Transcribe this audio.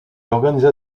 organisa